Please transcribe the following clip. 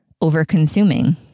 over-consuming